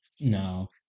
No